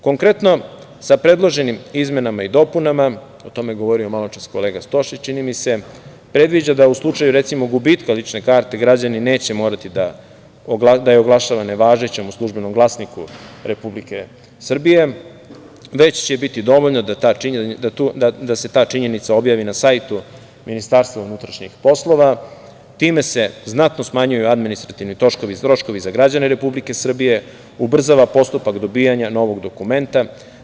Konkretno, sa predloženim izmenama i dopunama, a tome je govorio malopre kolega Stošić, čini mi se, predviđa da u slučaju gubitka lične karte, građani neće morati da je oglašava nevažećom u Službenom glasniku Republike Srbije, već će biti dovoljno da se ta činjenica objavi na sajtu MUP, i time se znatno smanjuju administrativni troškovi, troškovi za građane Republike Srbije, ubrzava postupak dobijanja novog dokumenta.